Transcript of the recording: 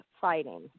fighting